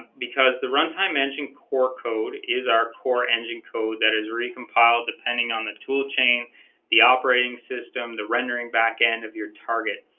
because the runtime engine core code is our core engine code that is recompile depending on the tool chain the operating system the rendering back-end of your target